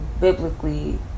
biblically